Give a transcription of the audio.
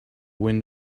wind